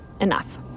enough